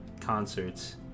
concerts